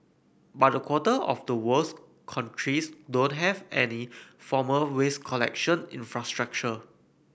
but a quarter of the world's countries don't have any formal waste collection infrastructure